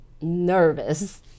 nervous